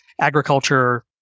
agriculture